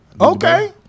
Okay